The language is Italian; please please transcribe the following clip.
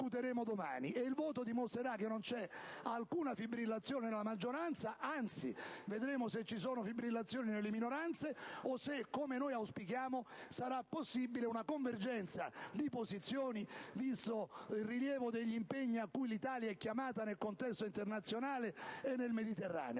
il voto dimostrerà che non c'è alcuna fibrillazione nella maggioranza: anzi, vedremo se ci saranno fibrillazioni nelle minoranze o se, come auspichiamo, sarà possibile una convergenza di posizioni, visto il rilievo degli impegni cui l'Italia è chiamata nel contesto internazionale e in particolare